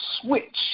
switch